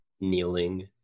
kneeling